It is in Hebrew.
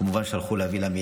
כמובן שמייד הלכו להביא לה.